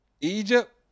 Egypt